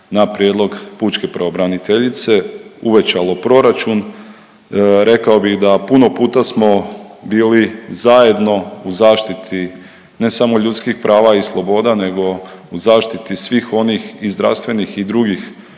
na prijedlog pučke pravobraniteljice, uvećalo proračun. Rekao bih da puno puta smo bili zajedno u zaštiti ne samo ljudskih prava i sloboda nego u zaštiti svih onih i zdravstvenih i drugih